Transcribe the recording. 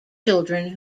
children